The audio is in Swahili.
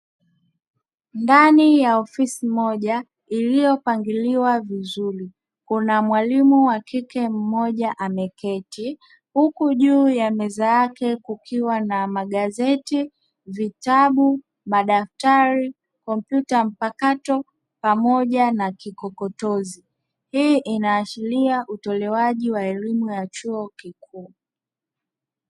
Ndani ya ofisi moja iliopangiliwa vizuri kuna mwalimu wa kike mmoja ameketi huku juu ya meza yake kukiwa na magazeti, vitabu, madaftari, kompyuta mpakato pamoja na kikokotozi. Hii inaashiria utolewaji wa elimu ya chuo kikuu.